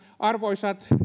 arvoisat